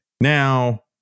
Now